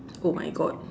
oh my god